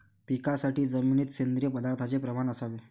पिकासाठी जमिनीत सेंद्रिय पदार्थाचे प्रमाण असावे